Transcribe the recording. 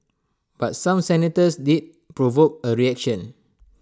but some senators did provoke A reaction